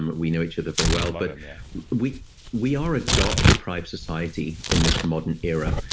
and we know each other very well. but yeah we we are a darkdeprived society in this modern era.